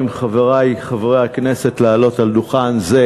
חברי חברי הכנסת לעלות על דוכן זה,